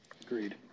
Agreed